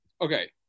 Okay